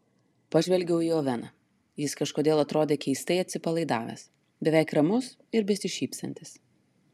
pažvelgiau į oveną jis kažkodėl atrodė keistai atsipalaidavęs beveik ramus ir besišypsantis